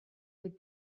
would